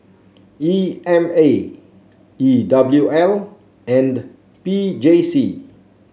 E M A E W L and P J C